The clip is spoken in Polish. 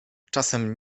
czasem